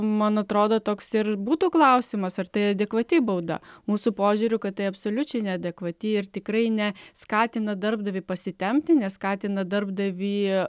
man atrodo toks ir būtų klausimas ar tai adekvati bauda mūsų požiūriu kad tai absoliučiai neadekvati ir tikrai ne skatina darbdavį pasitempti neskatina darbdavį